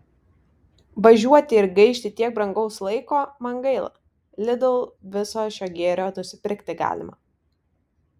važiuoti ir gaišti tiek brangaus laiko man gaila lidl viso šio gėrio nusipirkti galima